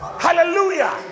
Hallelujah